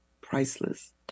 priceless